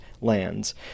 lands